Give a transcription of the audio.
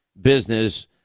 business